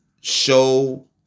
show